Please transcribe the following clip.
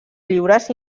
lliures